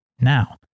Now